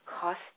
cost